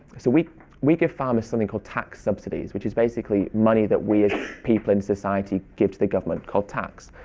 so we we give farmers something called tax subsidies which is basically money that we as people in society give to the government called tax.